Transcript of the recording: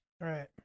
right